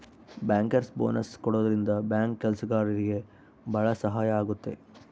bankers bonus ಕೊಡೋದ್ರಿಂದ bank ಕೆಲ್ಸಗಾರ್ರಿಗೆ ಭಾಳ ಸಹಾಯ ಆಗುತ್ತೆ